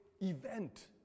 event